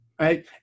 right